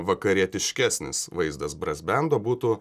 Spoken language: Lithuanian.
vakarietiškesnis vaizdas brasbendo būtų